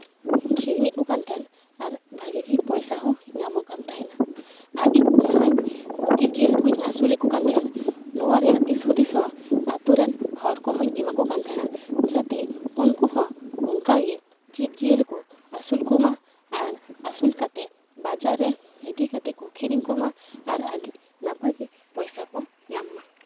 ᱟᱹᱠᱷᱤᱨᱤᱧᱮᱫ ᱠᱚ ᱠᱟᱱ ᱛᱟᱦᱮᱱ ᱟᱨ ᱵᱷᱟᱜᱮ ᱜᱮ ᱯᱚᱭᱥᱟ ᱦᱚᱸ ᱧᱟᱢᱚᱜ ᱠᱟᱱ ᱛᱟᱦᱮᱱᱟ ᱟᱨ ᱤᱧ ᱡᱟᱦᱟᱧ ᱡᱤᱵᱽ ᱡᱤᱭᱟᱹᱞᱤ ᱠᱚᱧ ᱟᱹᱥᱩᱞᱮᱫ ᱠᱚ ᱠᱟᱱ ᱛᱟᱦᱮᱱᱟ ᱱᱚᱣᱟ ᱨᱮᱭᱟᱜ ᱫᱤᱥ ᱦᱩᱫᱤᱥ ᱦᱚᱸ ᱟᱛᱩᱨᱮᱱ ᱦᱚᱲ ᱠᱚᱦᱚᱧ ᱮᱢᱟ ᱠᱚ ᱠᱟᱱ ᱛᱟᱦᱮᱱᱟ ᱡᱟᱛᱮ ᱩᱱᱠᱩ ᱦᱚᱸ ᱚᱱᱠᱟ ᱜᱮ ᱡᱤᱵᱽ ᱡᱤᱭᱟᱹᱞᱤ ᱠᱚ ᱟᱹᱥᱩᱞ ᱠᱚᱢᱟ ᱟᱨ ᱟᱹᱥᱩ ᱠᱟᱛᱮᱫ ᱵᱟᱡᱟᱨ ᱨᱮ ᱤᱫᱤ ᱠᱟᱛᱮᱫ ᱠᱚ ᱟᱹᱠᱷᱤᱨᱤᱧ ᱠᱚᱢᱟ ᱟᱨ ᱟᱹᱰᱤ ᱱᱟᱯᱟᱭ ᱜᱮ ᱯᱚᱭᱥᱟ ᱠᱚ ᱧᱟᱢᱟ